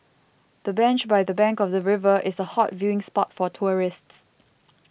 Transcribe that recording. the bench by the bank of the river is a hot viewing spot for tourists